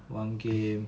玩 game